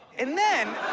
and then.